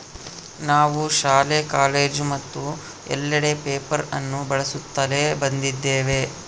ನಾವು ಶಾಲೆ, ಕಾಲೇಜು ಮತ್ತು ಎಲ್ಲೆಡೆ ಪೇಪರ್ ಅನ್ನು ಬಳಸುತ್ತಲೇ ಬಂದಿದ್ದೇವೆ